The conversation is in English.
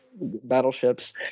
battleships